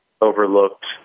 overlooked